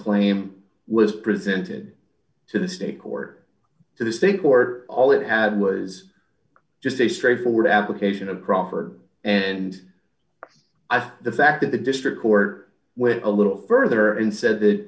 claim was presented to the state court to the state court all it had was just a straightforward application of crawford and i think the fact that the district court went a little further and said that